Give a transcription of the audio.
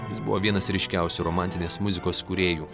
jis buvo vienas ryškiausių romantinės muzikos kūrėjų